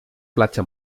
platja